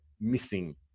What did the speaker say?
missing